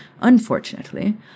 Unfortunately